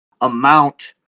amount